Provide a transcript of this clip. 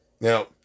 Now